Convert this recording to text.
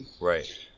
Right